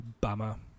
bummer